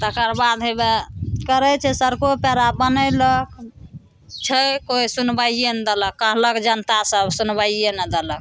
तकरबाद हेवए करै छै सड़को पेड़ा बनैलक छै कोइ सुनबाइये नहि देलक कहलक जनता सब सुनबाइये ने देलक